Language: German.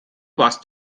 warst